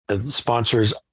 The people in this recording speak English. sponsors